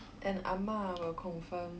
and 阿嬷 will confirm